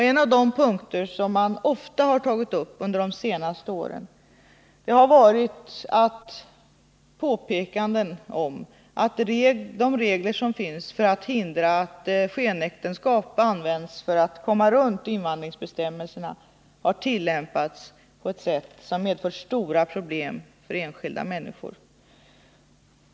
En av de punkter som de ofta har tagit upp under de senaste åren har varit att påpekanden om att de regler som finns för att hindra att skenäktenskap används för att komma runt invandringsbestämmelserna har tillämpats på ett sätt som medfört stora problem för enskilda människor.